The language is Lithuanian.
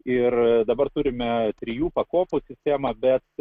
ir dabar turime trijų pakopų sistemą bet